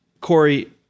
Corey